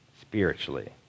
spiritually